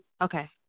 Okay